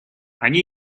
они